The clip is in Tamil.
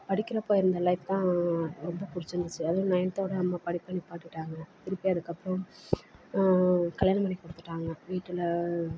படிக்கிறப்போ இருந்த லைஃப் தான் ரொம்ப பிடிச்சிருந்துச்சு அதுவும் நைன்த்தோடு அம்மா படிப்பை நிப்பாட்டிவிட்டாங்க திருப்பி அதுக்கப்புறம் கல்யாணம் பண்ணிக் கொடுத்துட்டாங்க வீட்டில்